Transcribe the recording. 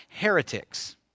heretics